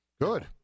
Good